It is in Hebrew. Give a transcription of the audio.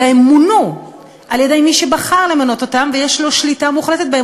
אלא הם מונו על-ידי מי שבחר למנות אותם ויש לו שליטה מוחלטת בהם.